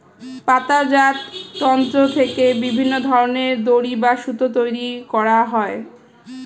পাতাজাত তন্তু থেকে বিভিন্ন ধরনের দড়ি বা সুতো তৈরি করা হয়